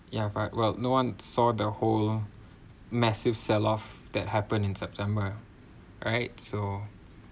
yeah well no one saw the whole massive sell off that happen in september right so